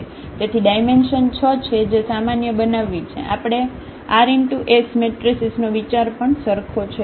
તેથી ડાયમેન્શન 6 છે જે સામાન્ય બનાવવી છે આપણે r×s મેટ્રેસીસ નો વિચાર પણ સરખો છે